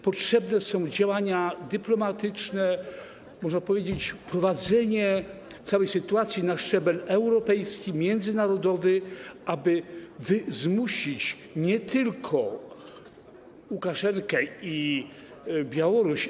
Potrzebne są działania dyplomatyczne, można powiedzieć, wprowadzenie całej sytuacji na szczebel europejski, międzynarodowy, aby zmusić nie tylko Łukaszenkę i Białoruś.